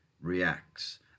reacts